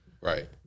Right